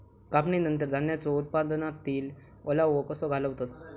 कापणीनंतर धान्यांचो उत्पादनातील ओलावो कसो घालवतत?